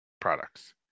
products